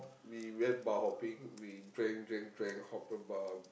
we went bar hopping we drank drank drank hop the bar